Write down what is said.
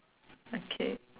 okay